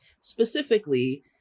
specifically